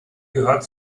gehört